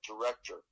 director